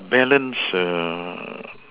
balanced err